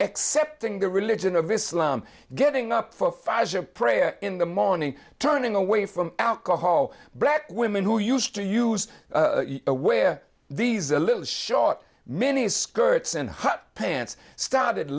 excepting the religion of islam getting up for pfizer prayer in the morning turning away from alcohol brett women who used to use a where these a little short mini skirts and hot pants started